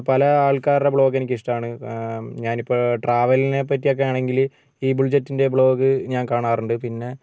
പല ആൾക്കാരുടെ ബ്ലോഗ് എനിക്കിഷ്ടമാണ് ഞാനിപ്പോൾ ട്രാവലിനെ പറ്റിയൊക്കെയാണെങ്കിൽ ഈ ബുൾ ജെറ്റ്ൻ്റെ ബ്ലോഗ് ഞാൻ കാണാറുണ്ട് പിന്നെ